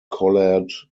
collared